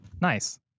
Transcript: Nice